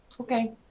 okay